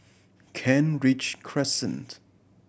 Kent Ridge Crescent